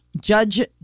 Judge